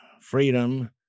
freedom